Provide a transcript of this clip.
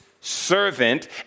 servant